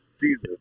Jesus